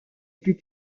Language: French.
plus